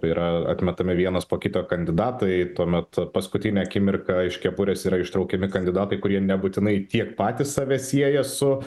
yra atmetami vienas po kito kandidatai tuomet paskutinę akimirką iš kepurės yra ištraukiami kandidatai kurie nebūtinai tiek patys save sieja su